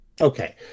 Okay